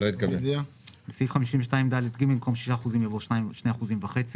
יבוא "ב-25% משיעור מס החברות".